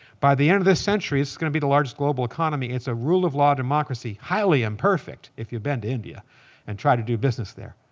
by the end of this century, this is going to be the largest global economy. it's a rule of law, democracy, highly imperfect if you've been to india and try to do business there.